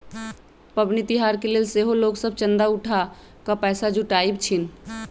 पबनि तिहार के लेल सेहो लोग सभ चंदा उठा कऽ पैसा जुटाबइ छिन्ह